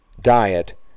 diet